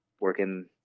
working